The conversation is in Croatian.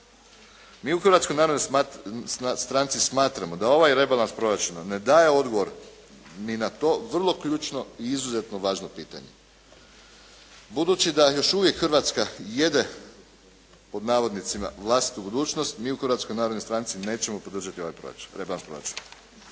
Mi u Hrvatskoj narodnoj stranci smatramo da ovaj rebalans proračuna ne daje odgovor ni na to vrlo ključno i izuzetno važno pitanje. Budući da još uvijek Hrvatska jede pod navodnicima vlastitu budućnost, mi u Hrvatskoj narodnoj stranci nećemo podržati ovaj rebalans proračuna.